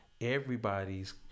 everybody's